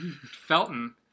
Felton